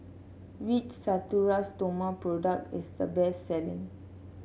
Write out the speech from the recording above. which Natura Stoma product is the best selling